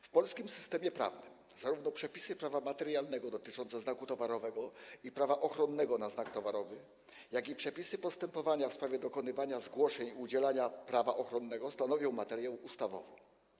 W polskim systemie prawnym zarówno przepisy prawa materialnego dotyczące znaku towarowego i prawa ochronnego na znak towarowy, jak i przepisy postępowania w sprawie dokonywania zgłoszeń i udzielania prawa ochronnego stanowią materię ustawową.